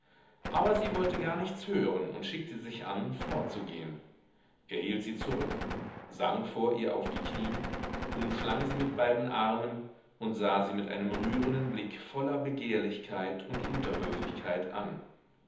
aber sie wollte gar nichts hören und schickte sich an fortzugehen er hielt sie zurück sank vor ihr auf die knie umschlang sie mit beiden armen und sah sie mit einem rührenden blick voller begehrlichkeit und unterwürfigkeit an